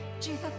Jesus